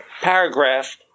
paragraph